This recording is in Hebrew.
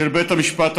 של בית המשפט העליון,